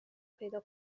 پیدا